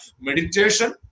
meditation